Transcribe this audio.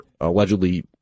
allegedly